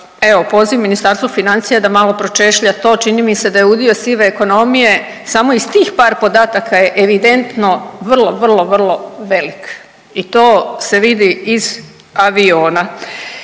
evo poziv Ministarstvu financija da malo pročešlja to, čini mi se da je udio sive ekonomije samo iz tih par podataka je evidentno vrlo, vrlo, vrlo velik. I to se vidi iz aviona.